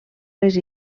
les